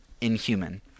inhuman